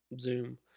zoom